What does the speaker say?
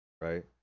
Right